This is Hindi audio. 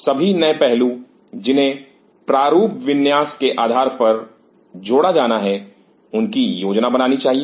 सभी नए पहलू जिन्हें प्रारूप विन्यास के आधार पर जोड़ा जाना है उनकी योजना बनानी चाहिए